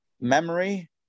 memory